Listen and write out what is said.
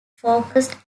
focused